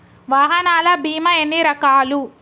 వాహనాల బీమా ఎన్ని రకాలు?